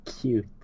cute